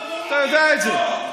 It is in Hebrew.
אתה יודע את זה.